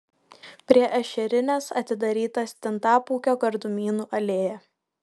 prie ešerinės atidaryta stintapūkio gardumynų alėja